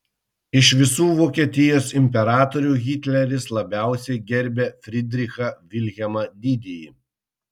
iš visų vokietijos imperatorių hitleris labiausiai gerbė fridrichą vilhelmą didįjį